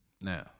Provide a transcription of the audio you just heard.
now